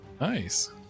nice